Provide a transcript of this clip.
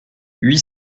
huit